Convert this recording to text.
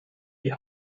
die